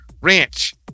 ranch